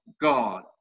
God